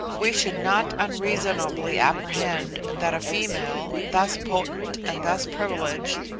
we should not unreasonably apprehend that a female, thus potent and thus privileged,